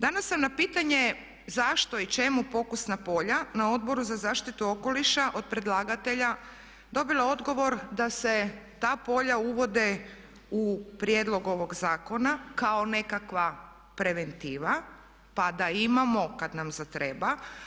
Danas sam na pitanje zašto i čemu pokusna polja na Odboru za zaštitu okoliša od predlagatelja dobila odgovor da se ta polja uvode u prijedlog ovog zakona kao nekakva preventiva, pa da imamo kad nam zatreba.